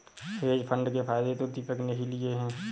hedge fund के फायदे तो दीपक ने ही लिए है